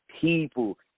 people